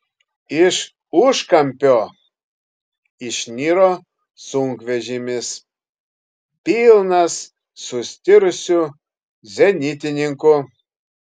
iš užkampio išniro sunkvežimis pilnas sustirusių zenitininkų